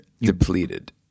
depleted